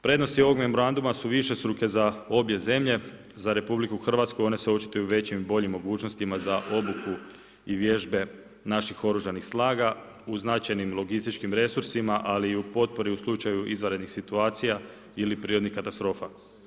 Prednost ovog memoranduma, su višestruke za obje zemlje, za RH, one se očituju većim i boljim mogućnostima za obuku i vježbe naših oružanih snaga u značajnim logističkim resursima, ali i u potpori u slučaju izvanrednih situacija ili prirodnih katastrofa.